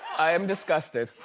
i am disgusted.